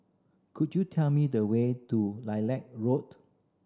could you tell me the way to Lilac Road